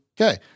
Okay